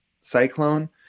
cyclone